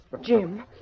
Jim